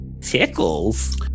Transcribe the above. Tickles